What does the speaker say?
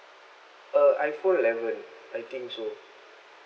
uh iphone eleven I think so